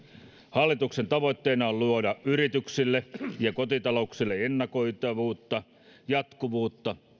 hallituksen tavoitteena on luoda yrityksille ja kotitalouksille ennakoitavuutta jatkuvuutta